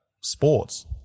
sports